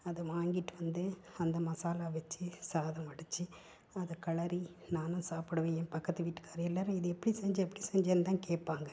அதை வாங்கிட்டு வந்து அந்த மசாலா வைச்சி சாதம் வடித்து அதை கிளறி நானும் சாப்பிடுவேன் என் பக்கத்து வீட்டுக்காரரு எல்லோரும் இதை எப்படி செஞ்சே எப்படி செஞ்சேன்னு தான் கேட்பாங்க